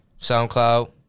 SoundCloud